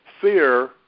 fear